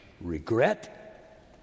regret